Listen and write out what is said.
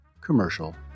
commercial